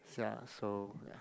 ya so ya